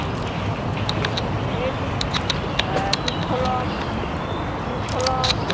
ओमफ्राय ए दुरकलम दुरकलम